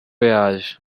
yaje